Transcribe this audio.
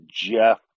jeff